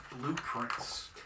blueprints